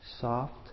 soft